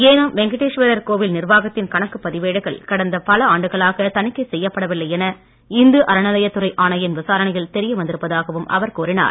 ஏனாம் வெங்கடேஸ்வரர் கோவில் நிர்வாகத்தின் கணக்குப் பதிவேடுகள் கடந்த பல ஆண்டுகளாக தணிக்கை செய்யப்பட வில்லை என இந்து அறநிலையத்துறை தெரிய வந்திருப்பதாகவும் அவர் கூறினார்